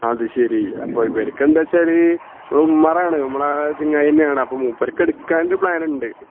അതുശരി അപ്പം ഇവർക്ക് എന്താണ് വെച്ചാൽ ഉമ്മറാണ് നമ്മളെ ചങ്ങാതി തന്നെയാണ് അപ്പോൾ മൂപ്പർക്ക് എടുക്കാനൊരു പ്ലാൻ ഉണ്ട്